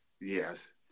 Yes